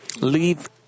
leave